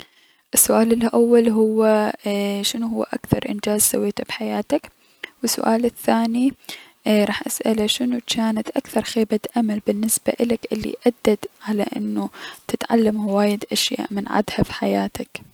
السؤال الأول هو شنو هو اكثر انجاز سويته بحياتك و السؤال الثاني راح اسأله شنو جانت اكثر خيبة امل بالنسبة الك الي ادت على انو تتعلم هواية اشياء من عدها بحياتك.